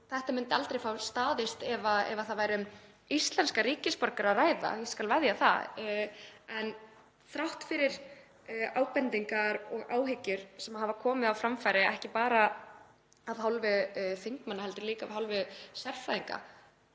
þetta myndi aldrei gerast ef það væri um íslenska ríkisborgara að ræða. Ég skal veðja að svo er ekki. En þrátt fyrir ábendingar og áhyggjur sem hefur verið komið á framfæri, ekki bara af hálfu þingmanna heldur líka af hálfu sérfræðinga,